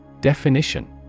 Definition